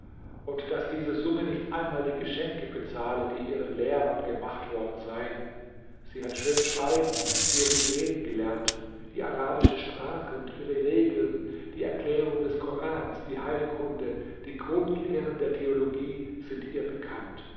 und daß diese summe nicht einmal die geschenke bezahle die ihren lehrern gemacht worden seien sie hat schön schreiben und zierlich reden gelernt die arabische sprache und ihre regeln die erklärung des korans die heilkunde die grundlehren der theologie sind ihr bekannt